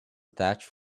thatch